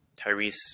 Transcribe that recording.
Tyrese